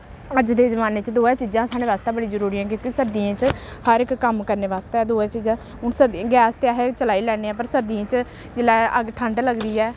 अज्ज दे जमान्ने च दोऐ चीजां साढ़े बास्तै बड़ी जरूरी न क्योंकि सर्दियें च हर इक कम्म करने बास्तै दोऐ चीजां हून सर्दी गैस ते अस चलाई लैन्ने आं पर सर्दियें च जिसलै अग्ग ठंड लगदी ऐ